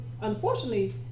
unfortunately